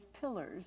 pillars